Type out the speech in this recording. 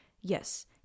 yes